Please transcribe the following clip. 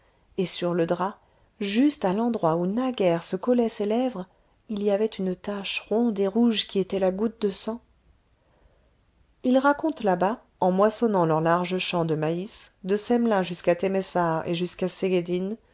et sur le drap juste à l'endroit où naguère se collaient ses lèvres il y avait une tache ronde et rouge qui était la goutte de sang ils racontent là-bas en moissonnant leurs larges champs de maïs de semlin jusqu'à temesvar et jusqu'à